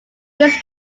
this